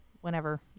whenever